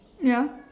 ya